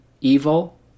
evil